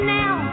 now